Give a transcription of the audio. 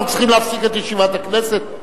אנחנו צריכים להפסיק את ישיבת הכנסת?